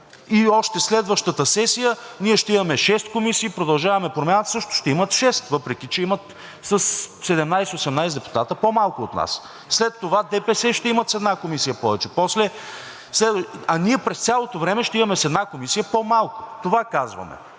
и още следващата сесия ние ще имаме шест комисии, „Продължаваме Промяната“ също ще имат шест, въпреки че имат със 17 – 18 депутати по-малко от нас. След това ДПС ще имат с една комисия повече, а ние през цялото време ще имаме с една комисия по-малко. Това казваме